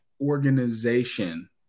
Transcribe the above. organization